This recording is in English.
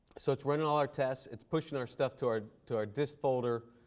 so it's running all our tests. it's pushing our stuff to our to our dist folder.